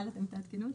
טל, אתם תעדכנו אותה?